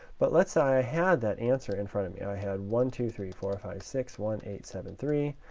but let's say i had that answer in front of me. i had one, two, three, four, five, six, one, eight, seven, three,